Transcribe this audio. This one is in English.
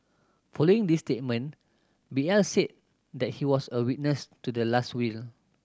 following this statement B L said that he was a witness to the last will